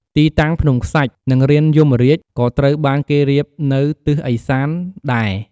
ទីតាំងភ្នំខ្សាច់ និងរានយមរាជ ក៏ត្រូវបានគេរៀបនៅទិសឦសានដែរ។